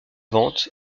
vente